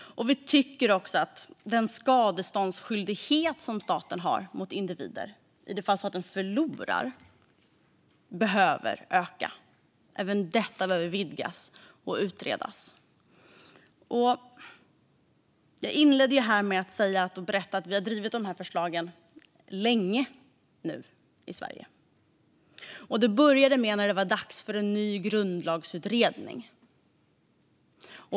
Vi tycker också att den skadeståndsskyldighet som staten har mot individer i det fall den förlorar behöver öka. Även detta behöver vidgas och utredas. Jag inledde med att säga att vi nu har drivit de här förslagen länge i Sverige. Det började när det var dags för en ny grundlagsutredning.